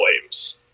Flames